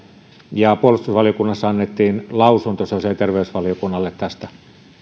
ja puolustusvaliokunnassa annettiin lausunto sosiaali ja terveysvaliokunnalle tästä